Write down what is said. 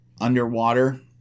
underwater